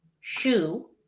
shoe